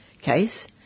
case